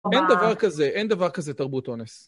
אין דבר כזה, אין דבר כזה תרבות אונס.